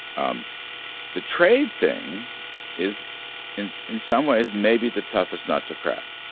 um the trade thing is is in some ways maybe the toughest nut to crack.